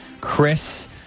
Chris